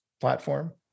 platform